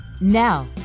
Now